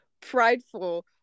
prideful